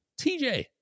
TJ